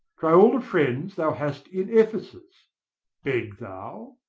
try all the friends thou hast in ephesus beg thou,